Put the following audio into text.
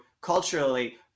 culturally